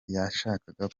yashakaga